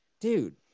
Dude